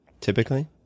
typically